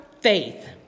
faith